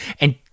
and-